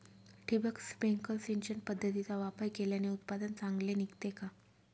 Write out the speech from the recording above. ठिबक, स्प्रिंकल सिंचन पद्धतीचा वापर केल्याने उत्पादन चांगले निघते का?